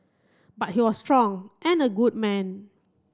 but he was strong and a good man